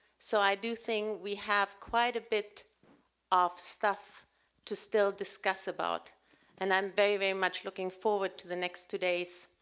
so i do think we have quite a bit of stuff to still discuss about and i'm very, very much looking forward to the next two days.